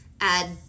add